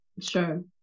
Sure